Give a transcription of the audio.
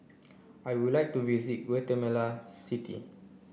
I would like to visit Guatemala City